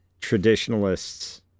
traditionalists